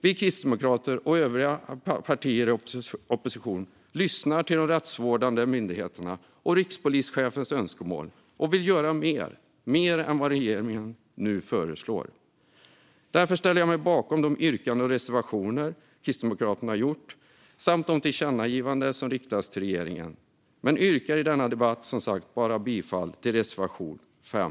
Vi kristdemokrater och övriga oppositionspartier lyssnar till de rättsvårdande myndigheterna och rikspolischefens önskemål. Vi vill göra mer, mer än regeringen nu föreslår. En stärkt rättsprocess och en ökad lagföring Jag ställer mig därför bakom Kristdemokraternas yrkanden och reservationer samt de tillkännagivanden som föreslås riktas till regeringen. Men i denna debatt yrkar jag som sagt bara bifall till reservation 5.